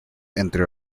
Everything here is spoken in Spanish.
entre